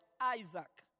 Isaac